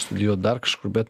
studijuot dar kažkur bet